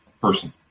person